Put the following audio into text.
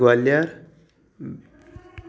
Gwalior